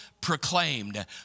proclaimed